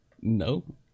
No